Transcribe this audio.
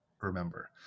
remember